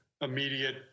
immediate